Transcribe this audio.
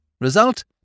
Result